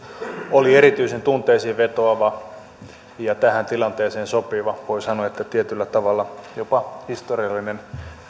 oli erityisen tunteisiin vetoava ja tähän tilanteeseen sopiva voi sanoa että tietyllä tavalla jopa historiallinen